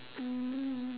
um